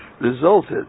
resulted